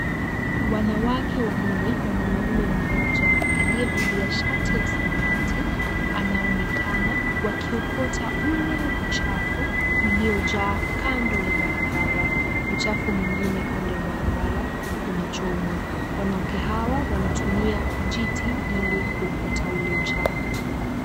Wanawake wanne na mwanamume mmoja, aliyevalia shati la samawati, anaonekana wakiokota ule uchafu uliojaa kando ya barabara. Uchafu mwingine kando ya barabara unachomwa. Wanawake hawa wanatumia vijiti ili kuokota ule uchafu.